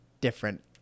different